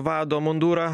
vado mundurą